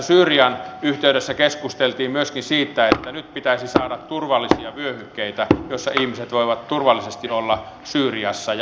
syyrian yhteydessä keskusteltiin myöskin siitä että nyt pitäisi saada turvallisia vyöhykkeitä joissa ihmiset voivat turvallisesti olla syyriassa ja apua annetaan sinne